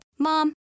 Mom